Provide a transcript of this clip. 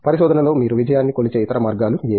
పరిశోధనలో మీరు విజయాన్ని కొలిచే ఇతర మార్గాలు ఏవి